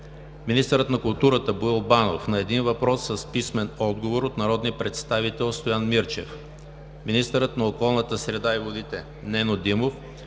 министърът на културата Боил Банов – на един въпрос с писмен отговор от народния представител Стоян Мирчев; - министърът на околната среда и водите Нено Димов